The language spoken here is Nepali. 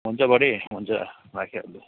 हुन्छ बडी हुन्छ राखेँ अहिले